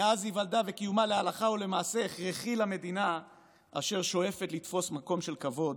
וקיומה הלכה ולמעשה הכרחי למדינה אשר שואפת לתפוס מקום של כבוד